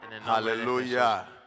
Hallelujah